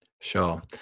Sure